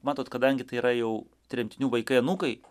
matot kadangi tai yra jau tremtinių vaikai anūkai